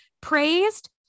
praised